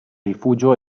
rifugio